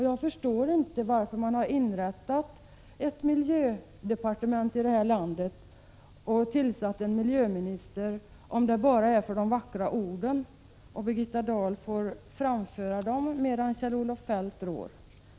Jag förstår inte varför man har inrättat ett miljödepartement i det här landet och tillsatt en miljöminister, om det bara är för de vackra orden som Birgitta Dahl får framföra medan Kjell-Olof Feldt råder.